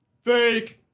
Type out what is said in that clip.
fake